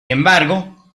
embargo